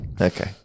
Okay